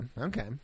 okay